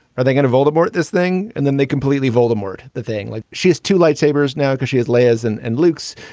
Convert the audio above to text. are they gonna voldemort this thing? and then they completely voldemort. the thing like she has to lightsabers now because she has laywers and and lukes.